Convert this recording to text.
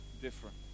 different